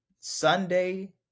Sunday